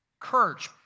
Kirch